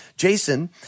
Jason